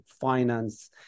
finance